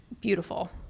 beautiful